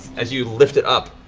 as you lift it up,